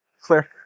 Clear